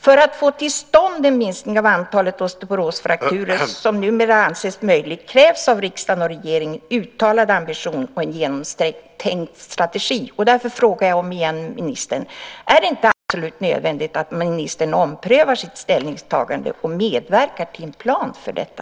För att få till stånd den minskning av antalet osteoporosfrakturer som numera anses möjlig krävs av riksdag och regering en uttalad ambition och en genomtänkt strategi. Därför frågar jag ministern om igen: Är det inte absolut nödvändigt att ministern omprövar sitt ställningstagande och medverkar till en plan för detta?